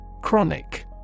Chronic